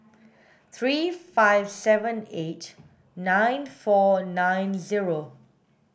three five seven eight nine four nine zero